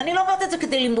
ואני לא אומרת את זה כדי למרוח.